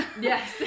Yes